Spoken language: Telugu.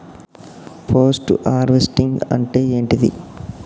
పోస్ట్ హార్వెస్టింగ్ అంటే ఏంటిది?